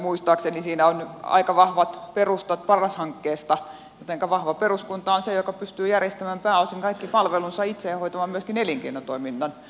muistaakseni siinä on aika vahvat perustat paras hankkeesta jotenka vahva peruskunta on se joka pystyy järjestämään pääosin kaikki palvelunsa itse ja hoitamaan myöskin elinkeinotoiminnan